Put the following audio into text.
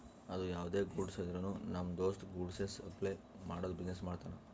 ಅದು ಯಾವ್ದೇ ಗೂಡ್ಸ್ ಇದ್ರುನು ನಮ್ ದೋಸ್ತ ಗೂಡ್ಸ್ ಸಪ್ಲೈ ಮಾಡದು ಬಿಸಿನೆಸ್ ಮಾಡ್ತಾನ್